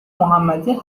محمدی